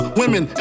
women